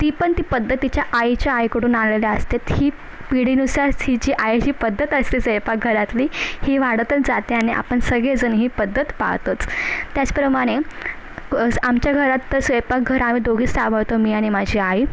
ती पण ती पद्धत तिच्या आईच्या आईकडून आलेल्या असतात ही पिढीनुसारच हिची आईची पद्धत असते स्वयंपाकघरातली ही वाढतच जाते आणि आपण सगळे जण ही पद्धत पाळतोच त्याचप्रमाणे आमच्या घरात तर स्वयंपाकघर आम्ही दोघीच सांभाळतो मी आणि माझी आई